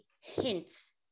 hints